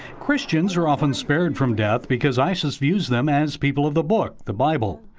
christians are often spared from death because isis views them as people of the book, the bible.